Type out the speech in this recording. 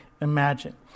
imagine